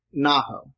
Naho